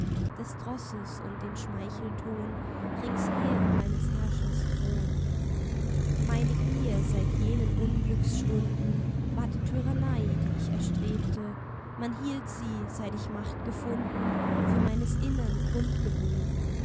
des trosses und den schmeichelton ringsher um eines herrschers thron meine gier seit jenen unglücksstunden ward tyrannei die ich erstrebte man hielt sie seit ich macht gefunden für meines innern grundgebot